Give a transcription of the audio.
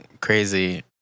crazy